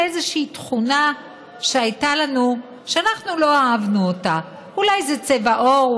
איזושהי תכונה שהייתה לנו ולא אהבנו: אולי זה צבע עור,